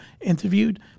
interviewed